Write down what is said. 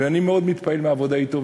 ואני מאוד מתפעל מהעבודה אתו,